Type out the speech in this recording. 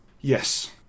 Yes